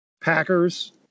Packers